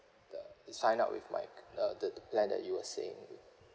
the if sign up with my uh the plan that you were saying